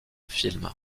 film